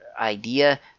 idea